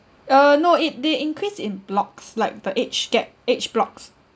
uh no it they increase in blocks like the age gap age blocks